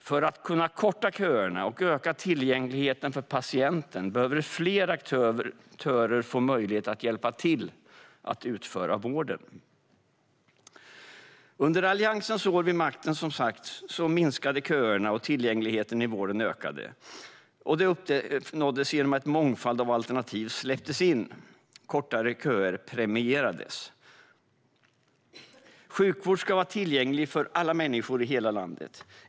För att kunna korta köerna och öka tillgängligheten för patienten behöver fler aktörer få möjlighet att hjälpa till att utföra vården. Som sagt: Under Alliansens år vid makten minskade köerna, och tillgängligheten i vården ökade. Detta uppnåddes genom att en mångfald av alternativ släpptes in, samtidigt som kortare köer premierades. Sjukvård ska vara tillgänglig för alla människor i hela landet.